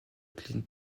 clint